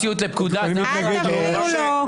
אל תפריעו לו.